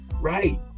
Right